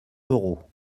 euros